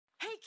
Hey